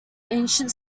ancient